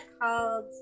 called